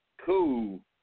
Cool